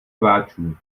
rváčů